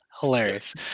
hilarious